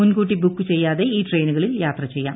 മുൻകൂട്ടി ബുക്ക് ചെയ്യാതെ ഈ ട്രെയിനുകളിൽ യാത്ര ചെയ്യാം